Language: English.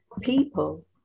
people